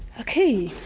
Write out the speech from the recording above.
okay.